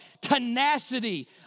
tenacity